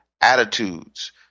attitudes